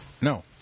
No